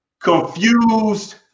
confused